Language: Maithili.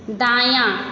दायाँ